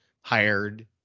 hired